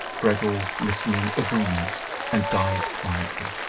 gregor, listening, agrees and dies quietly.